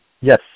yes